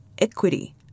Equity